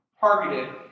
targeted